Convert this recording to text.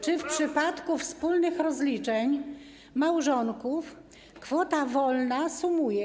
Czy w przypadku wspólnych rozliczeń małżonków kwota wolna się sumuje?